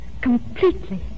completely